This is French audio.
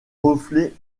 reflets